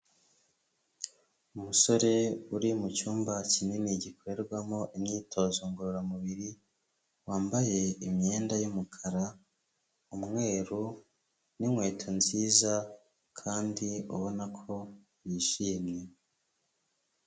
Umusore uri mu cyumba kinini gikorerwamo imyitozo ngororamubiri, wambaye imyenda y'umukara, umweru n'inkweto nziza kandi ubona ko yishimye.